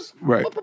Right